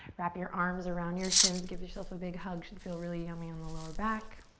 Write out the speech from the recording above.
wrap your arms around your shins, give yourself a big hug. should feel really yummy in the lower back.